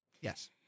Yes